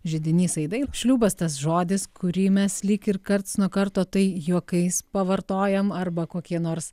židinys aidai šliūbas tas žodis kurį mes lyg ir karts nuo karto tai juokais pavartojam arba kokie nors